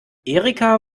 erika